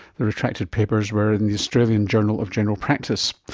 the retracted papers were in the australian journal of general practice.